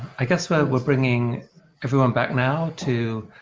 i guess we're we're bringing everyone back now to